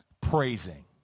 praising